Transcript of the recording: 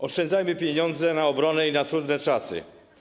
Oszczędzajmy pieniądze na obronę i na trudne czasy.